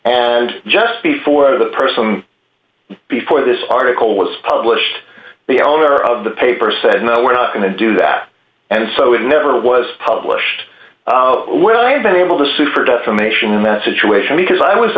happen just before the person before this article was published the owner of the paper said no we're not going to do that and so it never was published well i've been able to sue for defamation in that situation because i was